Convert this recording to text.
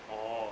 orh